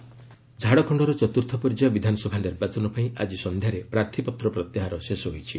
Jharkhand poll ଝାଡ଼ଖଣ୍ଡର ଚତୁର୍ଥ ପର୍ଯ୍ୟାୟ ବିଧାନସଭା ନିର୍ବାଚନ ପାଇଁ ଆଜି ସନ୍ଧ୍ୟାରେ ପ୍ରାର୍ଥୀପତ୍ର ପ୍ରତ୍ୟାହାର ଶେଷ ହୋଇଛି